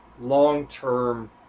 long-term